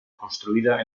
construida